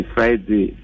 Friday